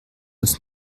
uns